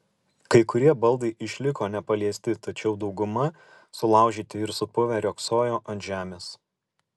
kai kurie baldai išliko nepaliesti tačiau dauguma sulaužyti ir supuvę riogsojo ant žemės